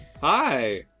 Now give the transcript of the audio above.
Hi